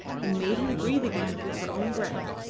and made him breathe again with her own breath.